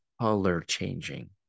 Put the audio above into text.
color-changing